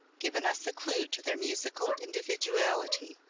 given us a clue to their musical individuality,